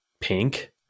pink